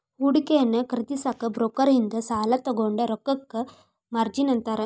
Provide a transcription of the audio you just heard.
ಹೂಡಿಕೆಯನ್ನ ಖರೇದಿಸಕ ಬ್ರೋಕರ್ ಇಂದ ಸಾಲಾ ತೊಗೊಂಡ್ ರೊಕ್ಕಕ್ಕ ಮಾರ್ಜಿನ್ ಅಂತಾರ